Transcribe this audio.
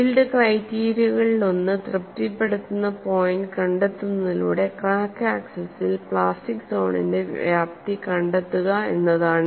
yield ക്രൈറ്റീരിയകളിലൊന്ന് തൃപ്തിപ്പെടുത്തുന്ന point കണ്ടെത്തുന്നതിലൂടെ ക്രാക്ക് ആക്സിസിൽ പ്ലാസ്റ്റിക് സോണിന്റെ വ്യാപ്തി കണ്ടെത്തുക എന്നതാണ്